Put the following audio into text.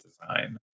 design